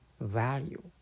value